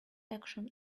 action